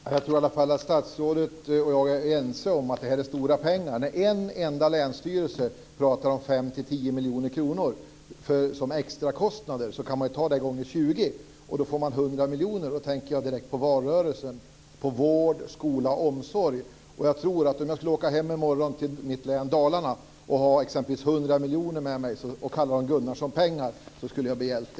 Herr talman! Jag tror i alla fall att statsrådet och jag är ense om att det här är stora pengar. När en enda länsstyrelse pratar om 5-10 miljoner kronor i extrakostnader kan man ju ta det gånger 20, och då får man 100 miljoner. Då tänker jag direkt på valrörelsen: på vård, skola och omsorg. Om jag skulle åka hem till mitt län Dalarna i morgon och ha 100 miljoner med mig som jag kallade Gunnarssonpengar tror jag att jag skulle bli hjälte.